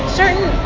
certain